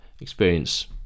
experience